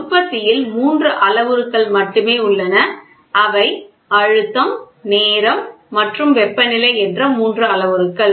உற்பத்தியில் மூன்று அளவுருக்கள் மட்டுமே உள்ளன அவை அழுத்தம் நேரம் மற்றும் வெப்பநிலை என்ற மூன்று அளவுருக்கள்